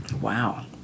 Wow